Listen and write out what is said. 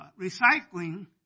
recycling